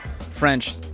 French